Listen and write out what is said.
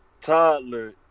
toddler